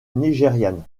nigériane